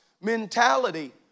mentality